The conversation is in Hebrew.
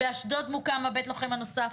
באשדוד מוקם בית לוחם נוסף.